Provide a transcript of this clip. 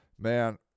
Man